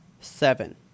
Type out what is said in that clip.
Seven